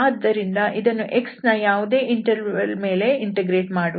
ಆದ್ದರಿಂದ ಇದನ್ನು x ನ ಯಾವುದೇ ಇಂಟರ್ವಲ್ ನ ಮೇಲೆ ಇಂಟಿಗ್ರೇಟ್ ಮಾಡುವ ಅಗತ್ಯವಿಲ್ಲ